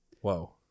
Whoa